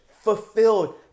fulfilled